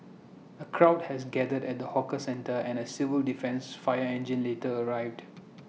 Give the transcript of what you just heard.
A crowd has gathered at the hawker centre and A civil defence fire engine later arrived